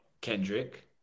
Kendrick